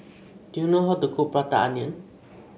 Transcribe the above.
do you know how to cook Prata Onion